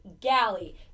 Galley